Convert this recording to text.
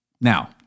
Now